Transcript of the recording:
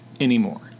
anymore